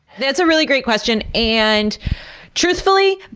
that's a really great question, and truthfully,